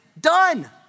done